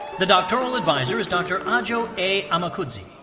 the doctoral advisor is dr. adjo a. amekudzi.